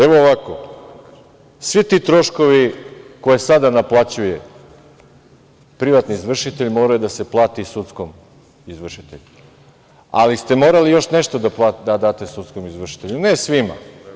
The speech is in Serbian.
Evo, ovako, svi ti troškovi koje sada naplaćuje privatni izvršitelj, mora da se plati sudskom izvršitelju, ali ste morali još nešto da date sudskom izvršitelju, ne svima.